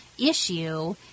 issue